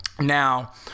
Now